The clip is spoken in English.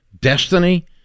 destiny